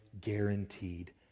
guaranteed